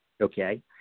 Okay